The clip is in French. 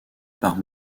par